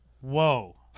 Whoa